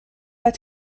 pas